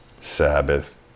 Sabbath